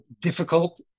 difficult